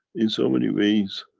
in so many ways,